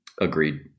Agreed